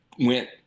went